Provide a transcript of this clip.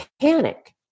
Panic